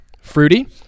Fruity